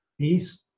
peace